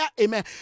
amen